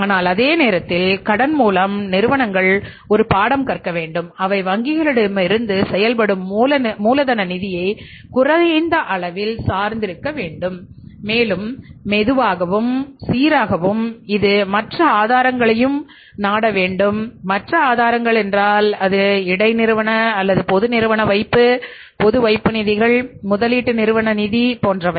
ஆனால் அதே நேரத்தில் கடன் மூலம் நிறுவங்கள் ஒரு பாடம் கற்க வேண்டும் அவை வங்கிகளிடமிருந்து செயல்படும் மூலதன நிதியை குறைந்த அளவில் சார்ந்து இருக்க வேண்டும் மேலும் மெதுவாகவும் சீராகவும் இது மற்ற ஆதாரங்களையும் நாட வேண்டும் மற்ற ஆதாரங்கள் என்றால் அது இடை நிறுவன அல்லது பெருநிறுவன வைப்பு பொது வைப்பு நிதிகள் முதலீட்டு நிறுவன நிதி போன்றவை